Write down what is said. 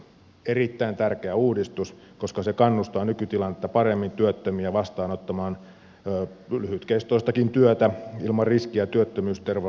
erittäin tärkeä uudistus koska se kannustaa nykytilannetta paremmin työttömiä vastaanottamaan lyhytkestoistakin työtä ilman riskiä työttömyysturvan menettämisestä